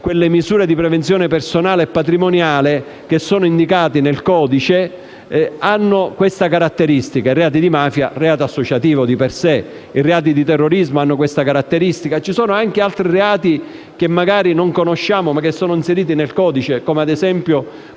quelle misure di prevenzione personale e patrimoniale indicate nel codice hanno questa caratteristica. Il reato di mafia è di per sé associativo, i reati di terrorismo hanno questa caratteristica; ci sono magari altri reati che non conosciamo ma che sono inseriti nel codice, come ad esempio